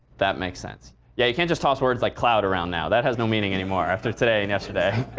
that makes sense. yeah, you can't just toss words like cloud around now. that has no meaning anymore after today and yesterday.